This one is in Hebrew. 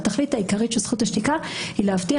התכלית העיקרית של זכות שתיקה היא להבטיח